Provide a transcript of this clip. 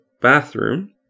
bathroom